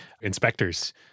inspectors